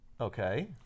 Okay